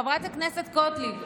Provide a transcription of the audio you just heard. חברת הכנסת גוטליב,